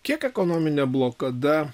kiek ekonominė blokada